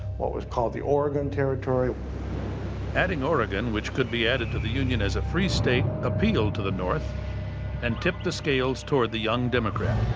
what was called the oregon territory adding oregon, which could be added to the union as a free state, appealed to the north and tipped the scales towards the young democrat.